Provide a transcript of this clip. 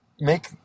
Make